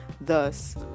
thus